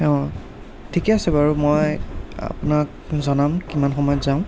অঁ ঠিকে আছে বাৰু মই আপোনাক জনাম কিমান সময়ত যাম